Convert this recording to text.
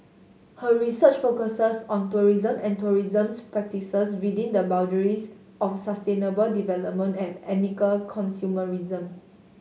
her research focuses on tourism and tourism's practices within the boundaries of sustainable development and ethical consumerism